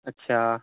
اچھا